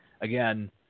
again